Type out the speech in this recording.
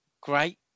great